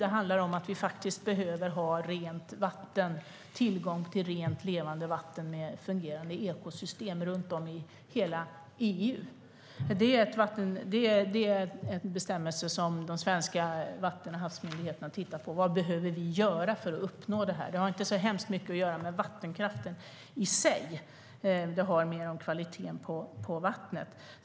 Det handlar om att vi faktiskt behöver ha tillgång till rent, levande vatten med fungerande ekosystem i hela EU. Det är en bestämmelse som Havs och vattenmyndigheten har tittat på. Vad behöver vi göra för att uppnå det här? Det har inte så hemskt mycket att göra med vattenkraften i sig. Det handlar mer om kvaliteten på vattnet.